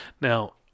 Now